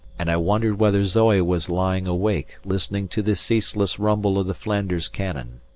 and i wondered whether zoe was lying awake listening to the ceaseless rumble of the flanders cannon.